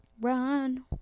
Run